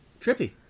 trippy